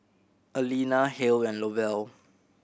Alena Hale and Lovell